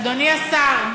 אדוני השר,